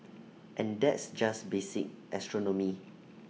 and that's just basic astronomy